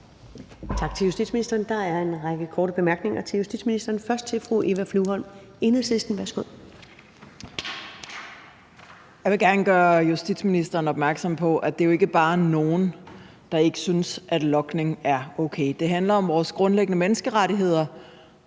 Jeg vil gerne gøre justitsministeren opmærksom på, at det jo ikke bare er »nogle«, der ikke synes, at logning er okay. Det handler om vores grundlæggende menneskerettigheder,